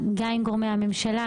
גם עם גורמי הממשלה.